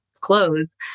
clothes